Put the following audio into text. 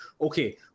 okay